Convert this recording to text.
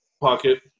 pocket